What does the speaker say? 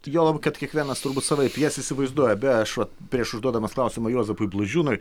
juolab kad kiekvienas turbūt savaip jas įsivaizduoja beje aš va prieš užduodamas klausimą juozapui blažiūnui